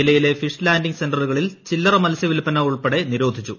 ജില്ലയിലെ fish landing സെന്ററുകളിൽ ചില്ലറ മത്സ്യ വിൽപ്പന ഉൾപ്പെടെ നിരോധിച്ചു